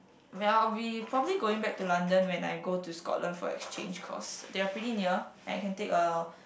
well I'll be probably going back to London when I go to Scotland for exchange cause they're pretty near I can take a